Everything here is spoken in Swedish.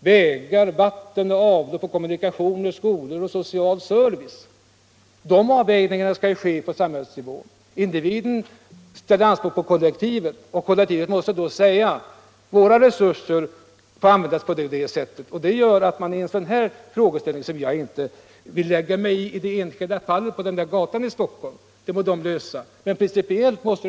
vägar, vatten, avlopp, kommunikationer, skolor och social service. De avvägningarna skall ske på samhällsnivå. Individen ställer anspråk på kollektivet, och det måste säga hur resurserna får användas. Detta gör att jag inte vill lägga mig i den frågeställning som uppstått beträffande ett hus på en speciell gata i Stockholm — den må man lösa i Stockholms stadshus.